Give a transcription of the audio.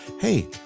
hey